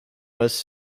was